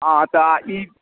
हाँ तऽ ई